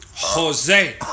Jose